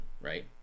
right